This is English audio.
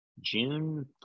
june